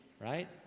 right